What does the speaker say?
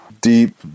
deep